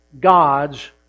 God's